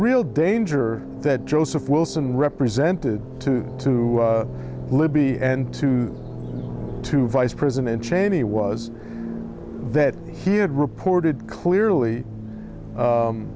real danger that joseph wilson represented to to libby and to to vice president cheney was that he had reported clearly